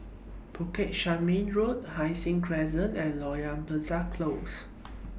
Bukit Chermin Road Hai Sing Crescent and Loyang Besar Close